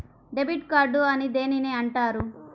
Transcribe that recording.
Debit card అని దేనిని అంటారు?